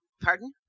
Pardon